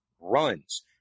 runs